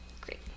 Great